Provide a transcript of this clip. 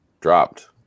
Dropped